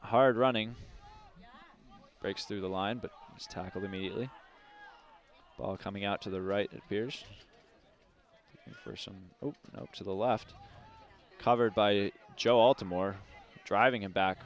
hard running breaks through the line but was tackled immediately ball coming out to the right ears for some to the left covered by joe all to more driving him back